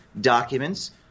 documents